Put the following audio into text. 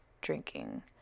drinking